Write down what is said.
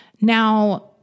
Now